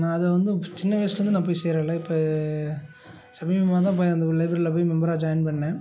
நான் அதை வந்து சின்ன வயசிலருந்து நான் போய் சேறலை இப்போ சமீபமாக தான் போய் அந்த லைப்ரரியில போய் மெம்பராக ஜாயின் பண்ணேன்